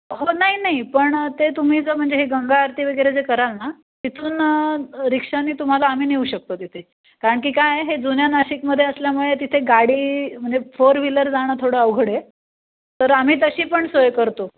हो नाही नाही पण ते तुम्ही जर म्हणजे हे गंगा आरती वगैरे जे कराल ना तिथून रिक्षानी तुम्हाला आम्ही नेऊ शकतो तिथे कारण की काय हे जुन्या नाशिकमध्ये असल्यामुळे तिथे गाडी म्हणजे फोर व्हीलर जाणं थोडं अवघड आहे तर आम्ही तशी पण सोय करतो